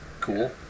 cool